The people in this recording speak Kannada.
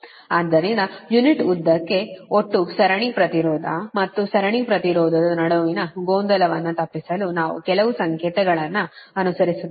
ಆದ್ದರಿಂದ ಯುನಿಟ್ ಉದ್ದಕ್ಕೆ ಒಟ್ಟು ಸರಣಿ ಪ್ರತಿರೋಧ ಮತ್ತು ಸರಣಿ ಪ್ರತಿರೋಧದ ನಡುವಿನ ಗೊಂದಲವನ್ನು ತಪ್ಪಿಸಲು ನಾವು ಕೆಲವು ಸಂಕೇತಗಳನ್ನು ಅನುಸರಿಸುತ್ತೇವೆ